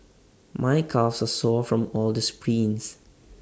my calves are sore from all the sprints